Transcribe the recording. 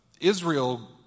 Israel